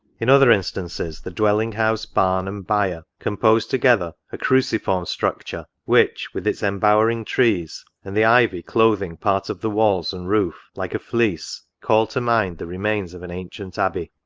in other instances, the dwelling-house, barn, and byer, compose together a cruciform structure, which, with its embowering trees and the ivy clothing part of the walls and roof, like a fleece, call to mind the remains of an ancient abbey.